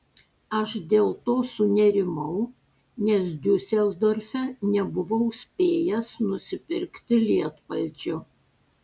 aš dėl to sunerimau nes diuseldorfe nebuvau spėjęs nusipirkti lietpalčio